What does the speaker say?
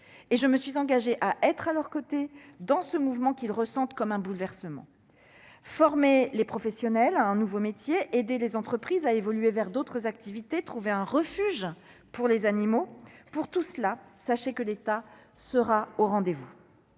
Et je me suis engagée à être à leurs côtés dans ce mouvement, qu'ils ressentent comme un bouleversement. Former les professionnels à un nouveau métier, aider les entreprises à évoluer vers d'autres activités, trouver un refuge pour les animaux : sachez que, sur tous ces sujets, l'État sera au rendez-vous.